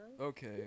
Okay